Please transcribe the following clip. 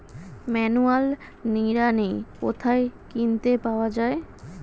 Manual নিড়ানি কোথায় কিনতে পাওয়া যায়?